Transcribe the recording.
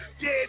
Dead